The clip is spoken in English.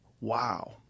Wow